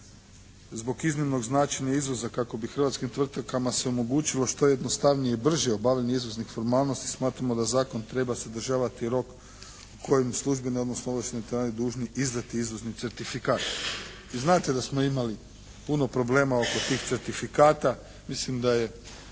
Zbog izmjernog značenja izvoza kako bi hrvatskim tvrtkama se omogućilo što jednostavnije i brže obavljanje izvoznih formalnosti smatramo da zakon treba sadržavati rok u kojem službeni, odnosno …/Govornik se ne razumije./… dužni izdati izvozni certifikat. Vi znate da smo imali puno problema oko tih certifikata, mislim da je